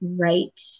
right